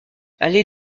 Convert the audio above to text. allée